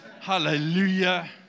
Hallelujah